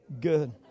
good